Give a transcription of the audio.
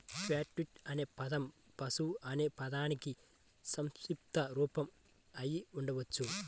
catgut అనే పదం పశువు అనే పదానికి సంక్షిప్త రూపం అయి ఉండవచ్చు